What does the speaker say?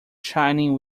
shining